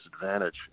disadvantage